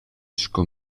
sco